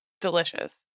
Delicious